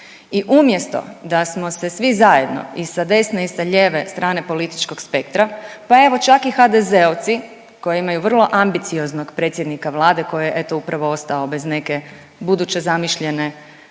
I umjesto da smo se svi zajedno i sa desne i sa lijeve strane političkog spektra pa evo čak i HDZ-ovci koji imaju vrlo ambicioznog predsjednika Vlade koji je eto upravo ostao bez neke buduće zamišljene